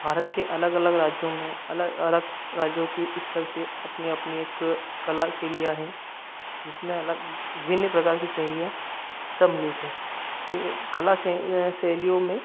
भारत के अलग अलग राज्यों में अलग अलग राज्यों के स्तर से अपनी अपनी एक कला शैलियाँ हैं जिसमें अलग विभिन्न प्रकार की शैलियाँ सम्मिलित हैं से कला से शैलियों में